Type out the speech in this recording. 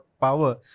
power